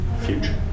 future